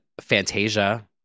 Fantasia